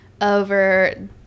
over